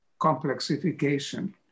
complexification